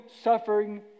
suffering